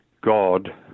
God